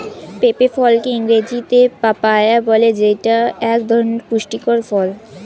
পেঁপে ফলকে ইংরেজিতে পাপায়া বলে যেইটা এক ধরনের পুষ্টিকর ফল